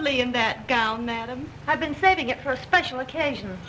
me in that gown that i'm i've been saving it for special occasions